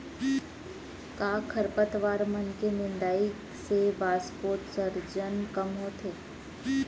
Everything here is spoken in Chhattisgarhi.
का खरपतवार मन के निंदाई से वाष्पोत्सर्जन कम होथे?